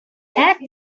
had